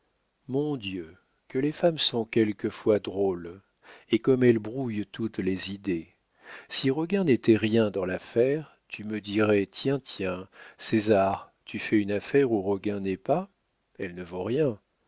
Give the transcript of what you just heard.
mon dieu que les femmes sont quelquefois drôles et comme elles brouillent toutes les idées si roguin n'était rien dans l'affaire tu me dirais tiens tiens césar tu fais une affaire où roguin n'est pas elle ne vaut rien